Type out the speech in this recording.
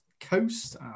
coast